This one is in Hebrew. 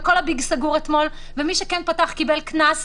והכי גרוע שהמים כבר זורמים בנחל,